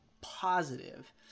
positive